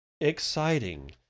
exciting